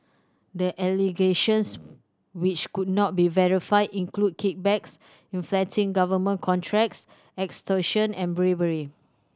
the allegations which could not be verified include kickbacks inflating government contracts extortion and bribery